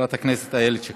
אני די מסתדרת לבד.